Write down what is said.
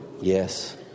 Yes